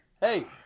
hey